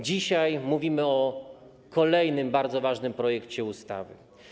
Dzisiaj mówimy o kolejnym bardzo ważnym projekcie ustawy.